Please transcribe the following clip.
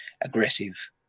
aggressive